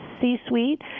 C-suite